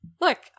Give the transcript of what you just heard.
look